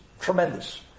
tremendous